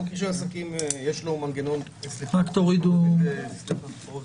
אני ממשרד ראש